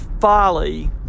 folly